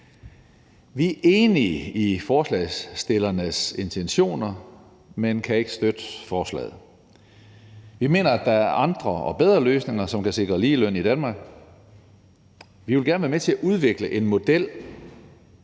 Vi er enige i forslagsstillernes intentioner, men kan ikke støtte forslaget. Vi mener, at der er andre og bedre løsninger, som kan sikre ligeløn i Danmark. Vi vil gerne være med til at udvikle en model,